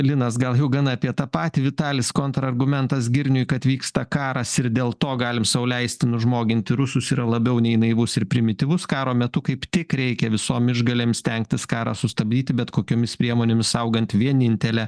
linas gal jau gana apie tą patį vitalis kontrargumentas girniui kad vyksta karas ir dėl to galim sau leisti nužmoginti rusus yra labiau nei naivus ir primityvus karo metu kaip tik reikia visom išgalėm stengtis karą sustabdyti bet kokiomis priemonėmis saugant vienintelę